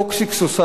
Toxic Society.